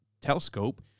telescope